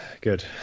good